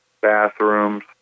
bathrooms